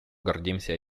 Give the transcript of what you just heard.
гордимся